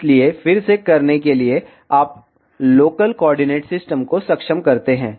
इसलिए फिर से करने के लिए आप लोकल कोऑर्डिनेट सिस्टम को सक्षम करते हैं